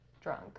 drunk